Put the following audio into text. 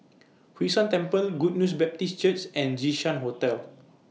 Hwee San Temple Good News Baptist Church and Jinshan Hotel